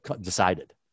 decided